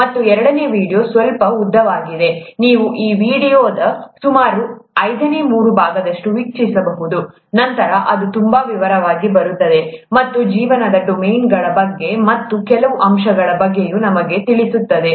ಮತ್ತು ಎರಡನೇ ವೀಡಿಯೊ ಸ್ವಲ್ಪ ಉದ್ದವಾಗಿದೆ ನೀವು ಆ ವೀಡಿಯೊದ ಸುಮಾರು ಐದನೇ ಮೂರು ಭಾಗದಷ್ಟು ವೀಕ್ಷಿಸಬಹುದು ನಂತರ ಅದು ತುಂಬಾ ವಿವರವಾಗಿ ಬರುತ್ತದೆ ಮತ್ತು ಇದು ಜೀವನದ ಡೊಮೇನ್ಗಳ ಬಗ್ಗೆ ಮತ್ತು ಈ ಕೆಲವು ಅಂಶಗಳ ಬಗ್ಗೆಯೂ ನಿಮಗೆ ತಿಳಿಸುತ್ತದೆ